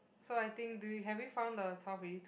so I think do you have you found the twelve already two